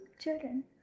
children